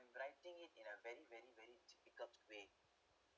writing it in a very very very difficult way